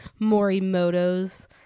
Morimoto's